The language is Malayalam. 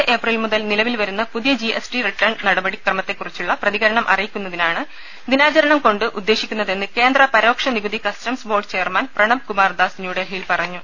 അടുത്ത ഏപ്രിൽ മുതൽ നിലവിൽ വരുന്ന പുതിയ ജിഎസ്ടി റിട്ടേൺസ് നടപടി ക്രമത്തെക്കുറിച്ചുള്ള പ്രതികരണം അറിയുന്നതിനാണ് ദിനാചരണം കൊണ്ട് ഉദ്ദേശിക്കുന്നതെന്ന് കേന്ദ്ര പരോക്ഷനികുതി customs board chairman Pranab Kumardas ന്യൂഡൽഹിയിൽ പറഞ്ഞു